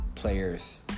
players